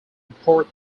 port